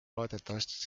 loodetavasti